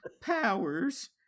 powers